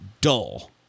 dull